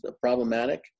problematic